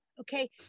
Okay